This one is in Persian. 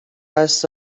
قصد